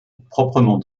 proprement